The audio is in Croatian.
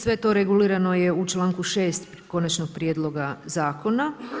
Sve to regulirano je u članku 6. konačnog prijedloga zakona.